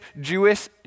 Jewish